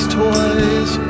toys